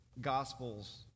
gospels